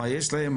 מה יש להם,